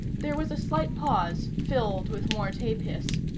there was a slight pause, filled with more tape hiss.